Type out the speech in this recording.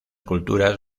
culturas